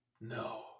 No